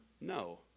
no